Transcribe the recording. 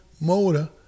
motor